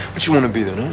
if you want to be the